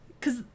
cause